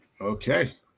Okay